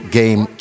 game